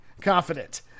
confident